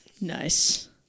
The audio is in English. Nice